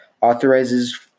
authorizes